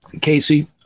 Casey